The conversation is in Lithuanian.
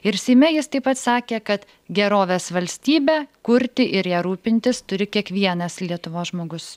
ir seime jis taip pat sakė kad gerovės valstybę kurti ir ja rūpintis turi kiekvienas lietuvos žmogus